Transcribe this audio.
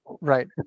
right